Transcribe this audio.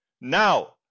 now